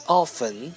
often